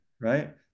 right